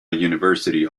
university